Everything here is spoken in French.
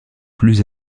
plus